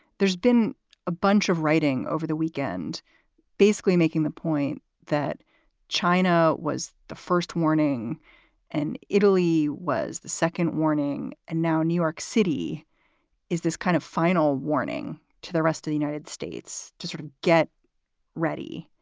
there's been a bunch of writing over the weekend basically making the point that china was the first warning and italy was the second warning, and now new york city is this kind of final warning to the rest of the united states to sort of get ready.